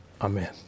Amen